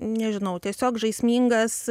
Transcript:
nežinau tiesiog žaismingas